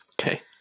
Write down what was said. Okay